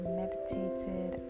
meditated